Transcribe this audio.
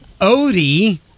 Odie